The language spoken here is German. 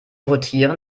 rotieren